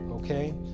Okay